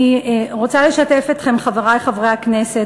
אני רוצה לשתף אתכם, חברי חברי הכנסת.